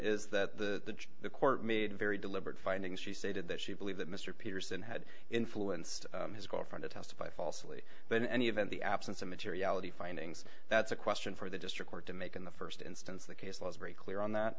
is that the the court made very deliberate findings she stated that she believed that mr peterson had influenced his girlfriend to testify falsely then any of in the absence of materiality findings that's a question for the district court to make in the st instance the case law is very clear on that